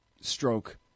stroke